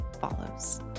follows